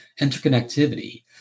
interconnectivity